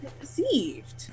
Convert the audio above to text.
deceived